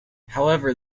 however